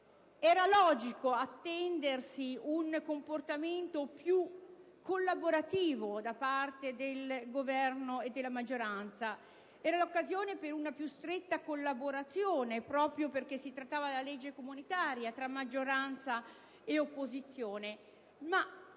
Era logico attendersi un comportamento più collaborativo da parte del Governo e della maggioranza. Era l'occasione per una più stretta collaborazione, proprio perché si trattava della legge comunitaria, tra maggioranza e opposizione: